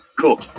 Cool